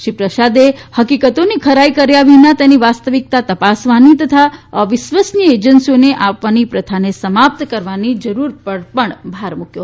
શ્રી પ્રસાદે હકીકતોની ખરાઇ કર્યા વિના તેની વાસ્તવિકતા તપાસવાની તથા અવિશ્વસનીય એજન્સીઓને આપવાની પ્રથાને સમાપ્ત કરવાની જરૂર પર પણ ભાર મુકયો